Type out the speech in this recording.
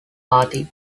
party